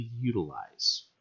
utilize